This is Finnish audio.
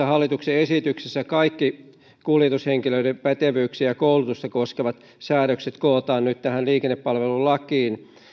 hallituksen esityksessä kaikki kuljetushenkilöiden pätevyyksiä ja koulutusta koskevat säädökset kootaan nyt tähän liikennepalvelulakiin